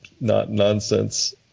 not-nonsense